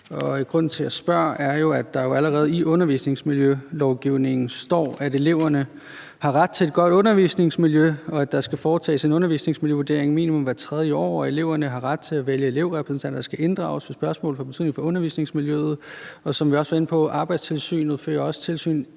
Grunden til, at jeg spørger, er, at der jo allerede i undervisningsmiljølovgivningen står, at eleverne har ret til et godt undervisningsmiljø, og at der skal foretages en undervisningsmiljøvurdering minimum hvert tredje år, og at eleverne har ret til at vælge elevrepræsentanter, der skal inddrages ved spørgsmål, der har betydning for undervisningsmiljøet, og som vi også var inde på, fører Arbejdstilsynet også tilsyn.